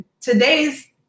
Today's